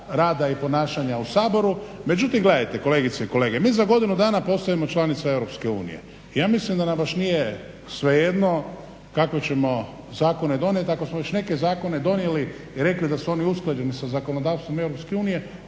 rada i ponašanja u Saboru. Međutim gledajte, kolegice i kolege, mi za godinu dana postajemo članica Europske unije, ja mislim da nam baš nije svejedno kakve ćemo zakone donijet. Ako smo već neke zakone donijeli i rekli da su oni usklađeni sa zakonodavstvom